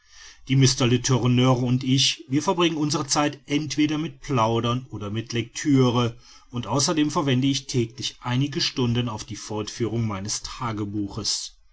die mr letourneur und ich wir verbringen unsere zeit entweder mit plaudern oder mit lectüre und außerdem verwende ich täglich einige stunden auf die fortführung meines tagebuches